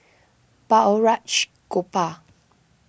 Balraj Gopal